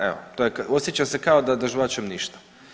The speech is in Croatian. Evo, osjećam se kao da žvačem ništa.